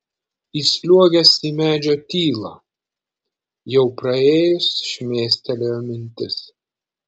įsliuogęs į medžio tylą jau praėjus šmėstelėjo mintis